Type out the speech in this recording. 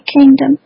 kingdom